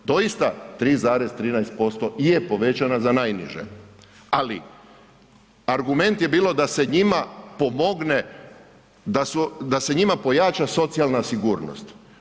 Doista 3,13% je povećana za najniže, ali argument je bilo da se njima pomogne, da se njima pojača socijalna sigurnost.